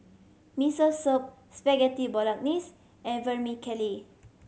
Miso Soup Spaghetti Bolognese and Vermicelli